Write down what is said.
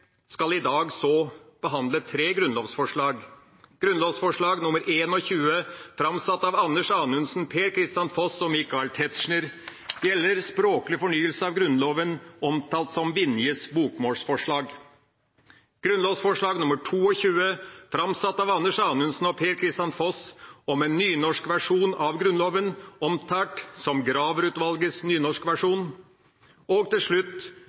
skal i dag så behandle tre grunnlovsforslag: Grunnlovsforslag nr. 21 framsatt av Anders Anundsen, Per-Kristian Foss og Michael Tetzschner om språklig fornyelse av Grunnloven, omtalt som Vinjes bokmålsforslag, Grunnlovsforslag nr. 22 framsatt av Anders Anundsen og Per-Kristian Foss om en nynorskversjon av Grunnloven, omtalt som Graver-utvalgets nynorskversjon, og til slutt